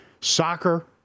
soccer